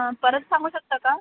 परत सांगू शकता का